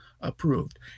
approved